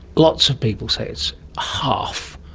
lots of people say it's half,